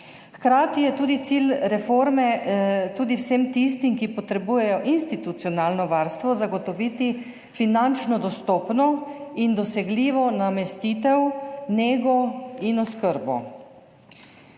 Hkrati je tudi cilj reforme tudi vsem tistim, ki potrebujejo institucionalno varstvo, zagotoviti finančno dostopno in dosegljivo namestitev, nego in oskrbo.